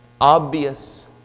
obvious